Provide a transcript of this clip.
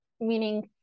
meaning